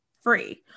free